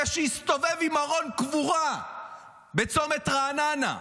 זה שהסתובב עם ארון קבורה בצומת רעננה,